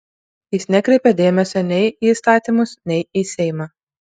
jis nekreipia dėmesio nei į įstatymus nei į seimą